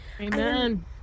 Amen